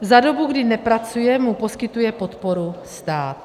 Za dobu, kdy nepracuje, mu poskytuje podporu stát.